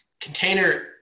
container